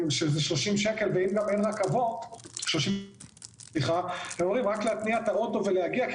ואם אין רכבות אז רק להתניע את האוטו ולהגיע כי